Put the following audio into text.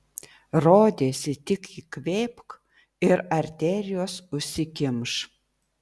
rodėsi tik įkvėpk ir arterijos užsikimš